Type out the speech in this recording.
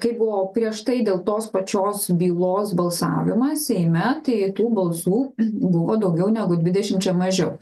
kaip buvo prieš tai dėl tos pačios bylos balsavimas seime tai tų balsų buvo daugiau negu dvidešimčia mažiau